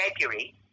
February